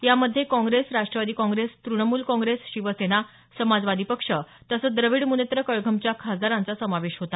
यामध्ये काँग्रेस राष्ट्रवादी काँग्रेस तृणमूल काँग्रेस शिवसेना समाजवादी पक्ष तसंच द्रविड मुनेत्र कळघमच्या खासदारांचा समावेश होता